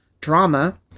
drama